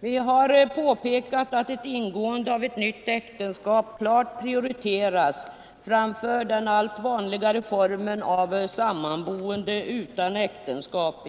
Vi har påpekat att ingåendet av ett nytt äktenskap i detta avseende klart prioriteras framför den allt vanligare formen av sammanboende utan äktenskap.